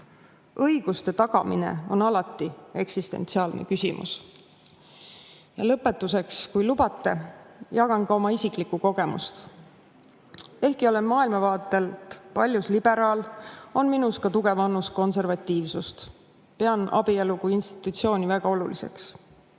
Õiguste tagamine on alati eksistentsiaalne küsimus. Lõpetuseks, kui lubate, jagan ka oma isiklikku kogemust. Ehkki olen maailmavaatelt paljus liberaal, on minus tugev annus konservatiivsust. Pean abielu kui institutsiooni väga oluliseks.